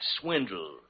swindle